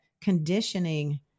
conditioning